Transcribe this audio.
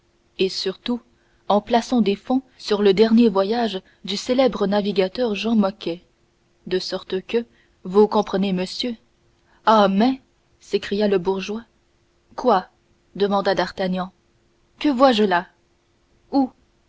et surtout en plaçant quelques fonds sur le dernier voyage du célèbre navigateur jean mocquet de sorte que vous comprenez monsieur ah mais s'écria le bourgeois quoi demanda d'artagnan que vois-je là où